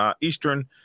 Eastern